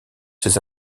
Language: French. ses